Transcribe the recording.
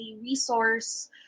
resource